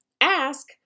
ask